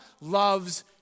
loves